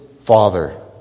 father